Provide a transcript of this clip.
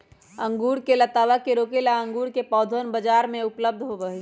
अंगूर के लतावा के रोके ला अंगूर के पौधवन बाजार में उपलब्ध होबा हई